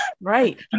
right